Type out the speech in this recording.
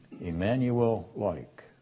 Emmanuel-like